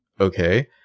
okay